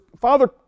Father